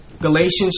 Galatians